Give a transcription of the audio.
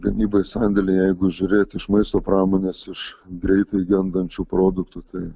gamyba į sandėlį jeigu žiūrėti iš maisto pramonės iš greitai gendančių produktų tai